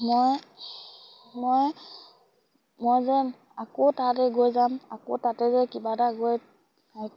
মই মই মই যেন আকৌ তাতে গৈ যাম আকৌ তাতে যে কিবা এটা গৈ